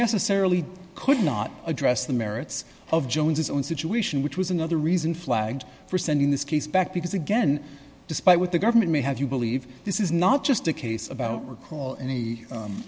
necessarily could not address the merits of jones's own situation which was another reason flagged for sending this case back because again despite what the government may have you believe this is not just a case about recall an